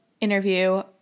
interview